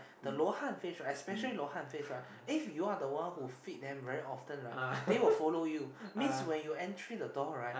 the luo-han fish right especially the luo-han fish right if you are the one who feed them very often right they will follow you means when you entry the door right